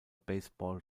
baseball